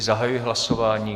Zahajuji hlasování.